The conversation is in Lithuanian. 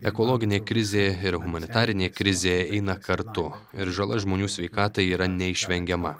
ekologinė krizė ir humanitarinė krizė eina kartu ir žala žmonių sveikatai yra neišvengiama